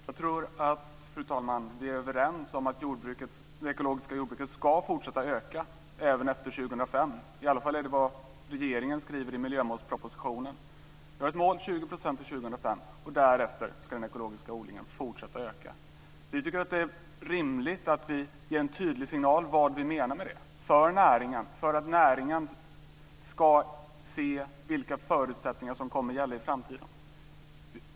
Fru talman! Jag tror att vi är överens om att det ekologiska jordbruket ska fortsätta öka även efter 2005. Det är i alla fall vad regeringen skriver i miljömålspropositionen. Vi har ett mål på 20 % till år 2005. Därefter ska den ekologiska odlingen fortsätta öka. Vi tycker att det är rimligt att vi ger en tydlig signal om vad vi menar med det för näringen och för att näringen ska se vilka förutsättningar som kommer att gälla i framtiden.